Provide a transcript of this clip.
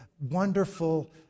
wonderful